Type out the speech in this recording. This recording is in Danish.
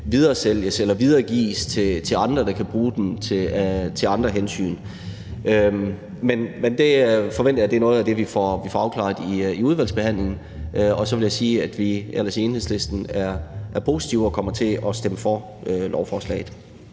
videregives til andre, der kan bruge dem til andre formål. Men det forventer jeg er noget af det, vi får afklaret i udvalgsbehandlingen, og så vil jeg sige, at vi i Enhedslisten er positive og kommer til at stemme for lovforslaget.